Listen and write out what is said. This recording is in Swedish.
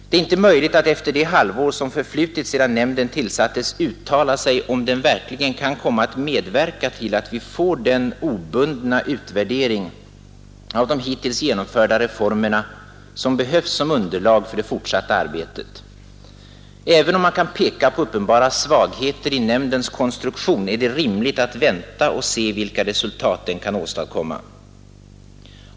Det är inte möjligt att efter det halvår som förflutit sedan nämnden tillsattes uttala sig om den verkligen kan komma att medverka till att vi får den obundna utvärdering av de hittills genomförda reformerna som behövs som underlag för det fortsatta arbetet. Även om man kan peka på uppenbara svagheter i nämndens konstruktion, är det rimligt att vänta och se vilka resultat den kan åstadkomma.